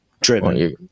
driven